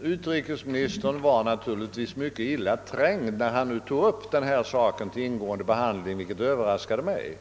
Utrikesministern var i dag mycket illa trängd när han här tog upp denna sak till ingående behandling. Att han så gjorde överraskade mig.